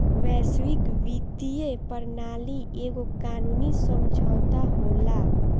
वैश्विक वित्तीय प्रणाली एगो कानूनी समुझौता होला